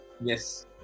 yes